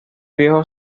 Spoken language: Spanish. viejo